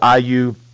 IU